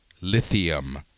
Lithium